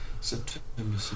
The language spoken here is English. September